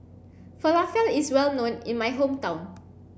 Falafel is well known in my hometown